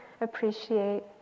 appreciate